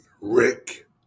Rick